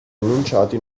annunciati